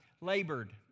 labored